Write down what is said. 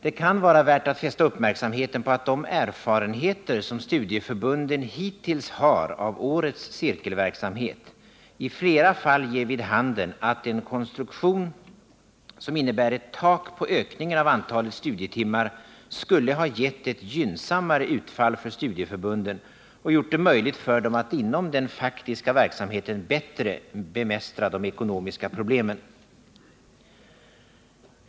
Det kan vara värt att fästa uppmärksamheten på att de erfarenheter som studieförbunden hittills har av årets cirkelverksamhet i flera fall ger vid handen att en konstruktion innebärande ett tak på ökningen av antalet studietimmar skulle ha gett ett gynnsammare utfall för studieförbunden och gjort det möjligt för dem att inom den faktiska verksamheten bättre bemästra de ekonomiska problemen.